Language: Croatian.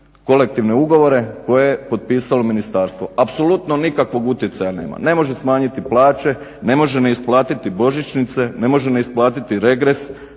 kolektivne ugovore koje je potpisalo ministarstvo. Apsolutno nikakvog utjecaja nema, ne može smanjiti plaće, ne može neisplatiti božićnice, ne može neisplatiti regres,